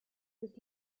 des